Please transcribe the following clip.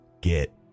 get